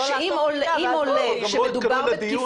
לעשות חקירה ואז --- גם לא התכוננו לדיון,